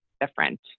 different